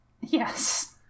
Yes